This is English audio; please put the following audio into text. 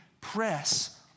press